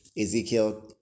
ezekiel